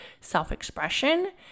self-expression